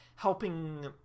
Helping